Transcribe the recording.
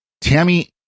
Tammy